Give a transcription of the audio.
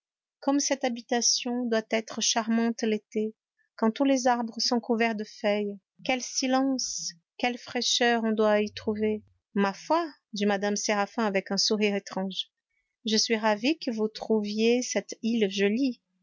comme cette habitation doit être charmante l'été quand tous les arbres sont couverts de feuilles quel silence quelle fraîcheur on doit y trouver ma foi dit mme séraphin avec un sourire étrange je suis ravie que vous trouviez cette île jolie